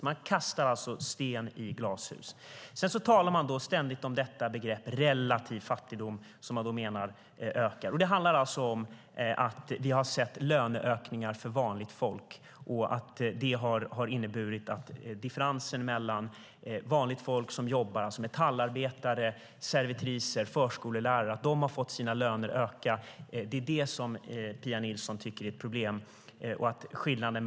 Man kastar alltså sten i glashus. Man talar också ständigt om begreppet "relativ fattigdom", som man menar ökar. Det handlar alltså om att vi har sett löneökningar för vanligt folk. Det har inneburit att differensen har ökat mellan vanligt folk som jobbar - det gäller metallarbetare, servitriser och förskolelärare, som har fått löneökningar - och dem som befinner sig längst bort från arbetsmarknaden.